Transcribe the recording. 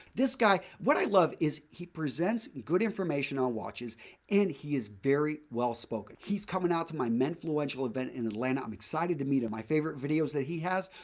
this guy what i love is he presents good information on watches and he is very well-spoken. he's coming out to my menfluential event in atlanta. i'm excited to meet him. my favorite videos the he has,